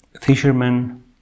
fishermen